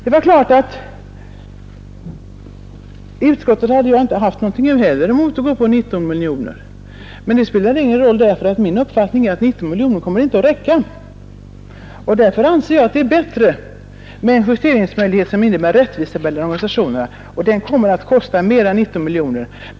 Det är klart att jag inte heller i utskottet hade någonting emot att stödja förslaget om 19 miljoner, men det spelar ingen roll, eftersom min uppfattning är att 19 miljoner inte kommer att räcka. Därför anser jag att det är bättre med en justeringsmöjlighet som innebär rättvisa mellan organisationerna, och det kommer att kosta mer än 19 miljoner.